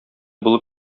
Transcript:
булып